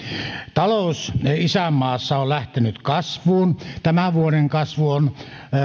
talous isänmaassa on lähtenyt kasvuun tämän vuoden